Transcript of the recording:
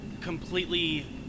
completely